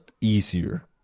easier